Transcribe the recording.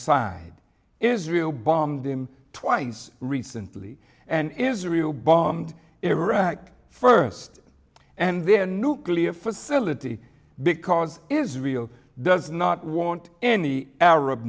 side israel bombed him twice recently and israel bombed irak first and then nuclear facility because israel does not want any arab